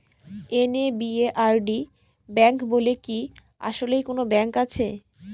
NABARD bank বলে কি আসলেই কোনো ব্যাংক আছে?